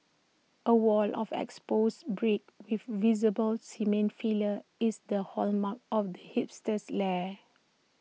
A wall of exposed bricks with visible cement fillers is the hallmark of the hipster's lair